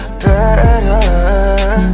better